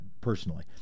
personally